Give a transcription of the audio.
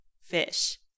Fish